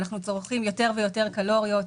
ואנחנו צורכים יותר ויותר קלוריות,